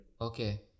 Okay